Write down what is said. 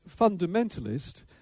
fundamentalist